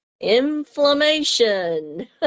inflammation